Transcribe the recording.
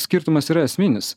skirtumas yra esminis